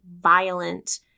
violent